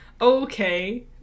okay